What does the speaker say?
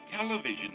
Television